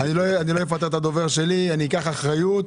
לא, לא, תהיה לך הסתייגות.